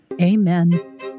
Amen